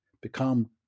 become